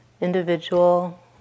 individual